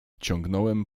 ciągnąłem